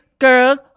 Girls